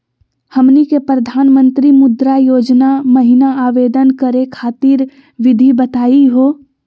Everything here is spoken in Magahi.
हमनी के प्रधानमंत्री मुद्रा योजना महिना आवेदन करे खातीर विधि बताही हो?